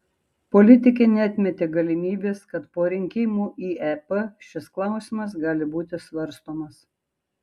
politikė neatmetė galimybės kad po rinkimų į ep šis klausimas gali būti svarstomas